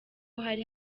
hari